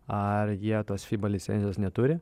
ar jie tos fiba licencijos neturi